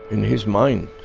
in his mind,